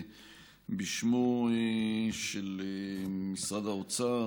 בשמו של משרד האוצר,